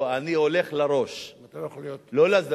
לא, אני הולך לראש, לא לזנב,